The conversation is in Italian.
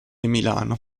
milano